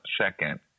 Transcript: second